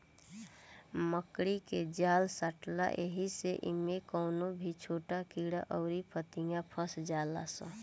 मकड़ी के जाल सटेला ऐही से इमे कवनो भी छोट कीड़ा अउर फतीनगा फस जाले सा